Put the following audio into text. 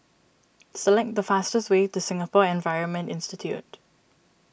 select the fastest way to Singapore Environment Institute